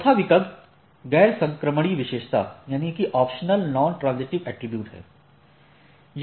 चौथा वैकल्पिक गैर संक्रमणीय विशेषता है